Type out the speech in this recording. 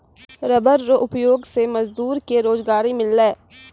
rubber रो उपयोग से मजदूर के रोजगारी मिललै